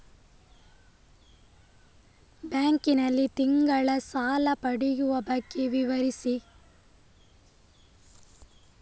Bank ನಲ್ಲಿ ತಿಂಗಳ ಸಾಲ ಪಡೆಯುವ ಬಗ್ಗೆ ವಿವರಿಸಿ?